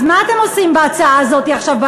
אז מה אתם עושים בהצעה הזאת עכשיו,